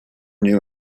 new